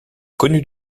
connues